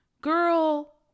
Girl